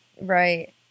right